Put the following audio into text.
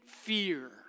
fear